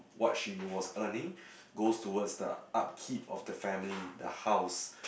what she was earning goes towards the upkeep of the family the house